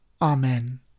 Amen